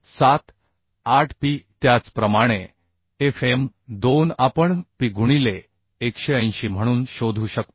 478P त्याचप्रमाणे Fm2 आपण P गुणिले 180 म्हणून शोधू शकतो